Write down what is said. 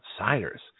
outsiders